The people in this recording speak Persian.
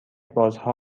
بازها